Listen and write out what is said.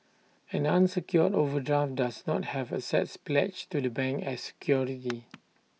an unsecured overdraft does not have assets pledged to the bank as security